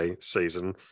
season